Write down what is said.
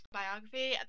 biography